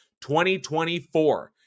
2024